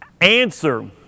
Answer